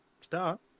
start